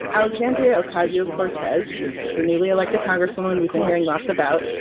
alexandria ocasio-cortez she is the newly elected congresswoman we've been hearing lots about.